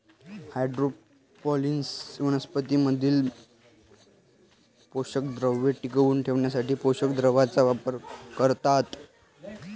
hydroponics वनस्पतीं मधील पोषकद्रव्ये टिकवून ठेवण्यासाठी पोषक द्रावणाचा वापर करतात